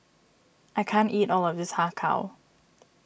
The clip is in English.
I can't eat all of this Har Kow